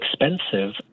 expensive